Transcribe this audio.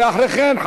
ואחרי כן,